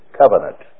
covenant